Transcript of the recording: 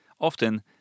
Often